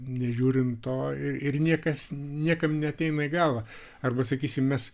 nežiūrint to ir niekas niekam neateina į galvą arba sakysim mes